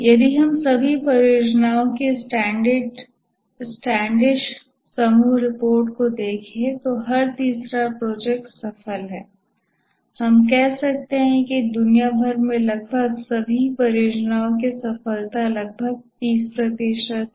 यदि हम सभी परियोजनाओं की स्टैंडिश समूह रिपोर्ट को देखें तो हर तीसरा प्रोजेक्ट सफल है हम कह सकते हैं कि दुनिया भर में लगभग सभी परियोजनाओं की सफलता लगभग 30 प्रतिशत है